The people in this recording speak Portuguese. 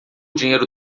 dinheiro